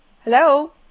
Hello